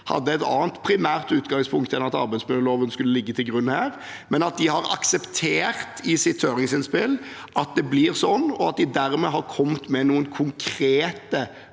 hadde et annet primært utgangspunkt enn at arbeidsmiljøloven skulle ligge til grunn her, men at de i sitt høringsinnspill har akseptert at det blir sånn, og at de dermed har kommet med noen konkrete